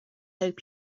hope